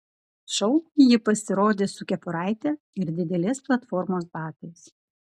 šou ji pasirodė su kepuraite ir didelės platformos batais